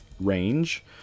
range